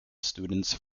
students